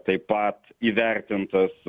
taip pat įvertintas